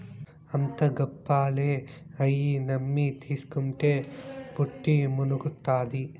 అంతా గప్పాలే, అయ్యి నమ్మి తీస్కుంటే పుట్టి మునుగుతాది